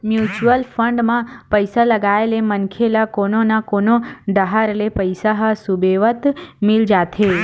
mutual fund म पइसा लगाए ले मनखे ल कोनो न कोनो डाहर ले पइसा ह सुबेवत मिल जाथे